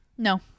No